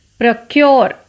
Procure